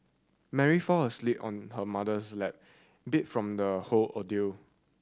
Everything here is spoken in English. Mary fall asleep on her mother's lap beat from the whole ordeal